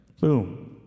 Boom